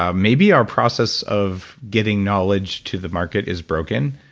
ah maybe our process of getting knowledge to the market is broken.